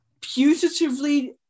putatively